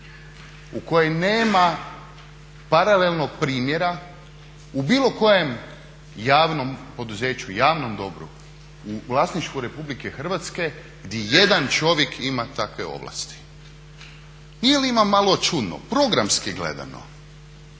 u kojem nema paralelnog primjera u bilo kojem javnom poduzeću, javnom dobru u vlasništvu RH gdje jedan čovjek ima takve ovlasti. Nije li vam malo čudno, programski gledano,